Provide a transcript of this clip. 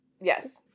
yes